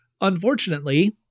Unfortunately